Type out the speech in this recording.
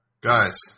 guys